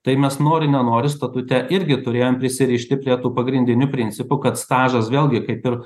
tai mes nori nenori statute irgi turėjom prisirišti prie tų pagrindinių principų kad stažas vėlgi kaip ir